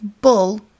bull